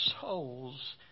souls